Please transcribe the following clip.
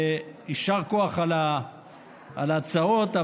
יישר כוח על ההצעות,